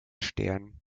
stern